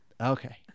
Okay